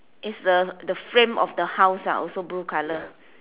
is the the frame of the house ah also blue colour